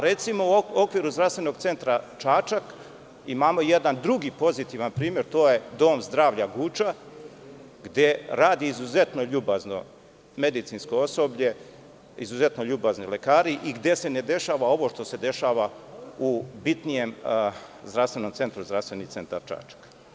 Recimo, u okviru Zdravstvenog centra Čačak imamo jedan drugi pozitivan primer, a to je Dom zdravlja Guča, gde radi izuzetno ljubazno medicinsko osoblje, izuzetno ljubazni lekari i gde se dešava ovo što se dešava u bitnijem zdravstvenom centru Zdravstvenog centra Čačak.